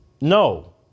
No